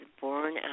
born